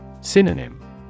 Synonym